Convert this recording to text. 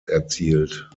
erzielt